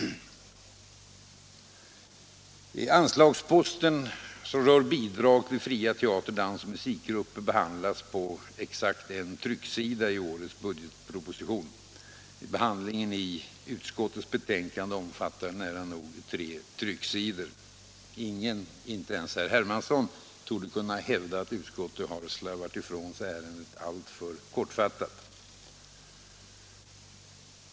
Anslagsposten som rör bidrag till fria teater-, dansoch musikgrupper behandlas på exakt en trycksida i årets budgetproposition. Behandlingen i utskottets betänkande omfattar nära nog tre trycksidor. Ingen, inte ens herr Hermansson, torde kunna hävda att utskottet har slarvat ifrån sig ärendet alltför kortfattat.